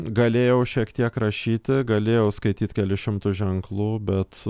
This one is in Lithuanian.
galėjau šiek tiek rašyti galėjau skaityt kelis šimtus ženklų bet